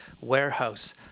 warehouse